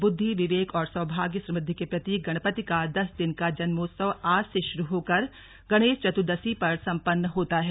बुद्धि विवेक और सौभाग्य समृद्धि के प्रतीक गणपति का दस दिन का जन्मोत्सव आज से शुरु होकर गणेश चतुर्दशी पर सम्पन्न होता है